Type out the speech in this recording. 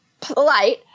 polite